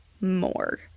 more